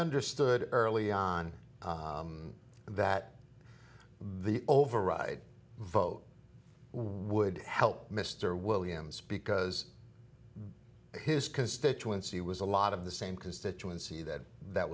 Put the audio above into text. understood early on that the override vote would help mr williams because his constituency was a lot of the same constituency that that